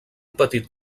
petit